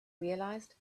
realized